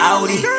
Audi